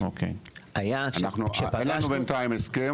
אין לנו הסכם,